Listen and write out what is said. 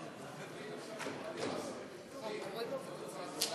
חוק לתיקון פקודת המשטרה (מס' 32), התשע"ז